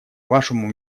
вашему